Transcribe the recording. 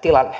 tilanne